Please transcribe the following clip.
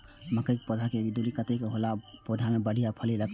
मके के पौधा के बीच के दूरी कतेक होला से पौधा में बढ़िया फली लगते?